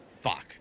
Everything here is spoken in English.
fuck